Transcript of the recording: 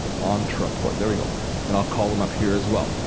ontraport, there we go and i'll call them up here as well.